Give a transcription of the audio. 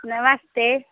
नमस्ते